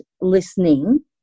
listening